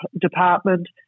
department